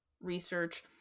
Research